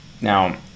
now